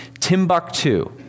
Timbuktu